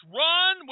run